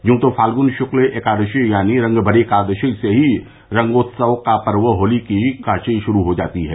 यूं तो फाल्गुन शक्ल एकादशी यानी रंगभरी एकादशी से ही रंगोत्सव का पर्व होली की काशी शुरुआत हो जाती है